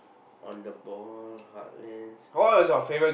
on the ball heartlands